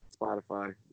spotify